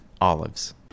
olives